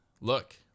Look